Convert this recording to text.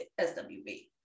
SWB